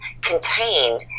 contained